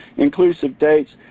inclusive dates,